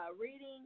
reading